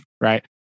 right